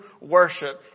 worship